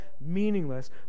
meaningless